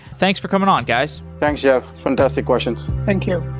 thanks for coming on guys thanks, jeff. fantastic questions thank you